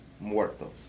Muertos